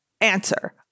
answer